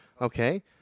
Okay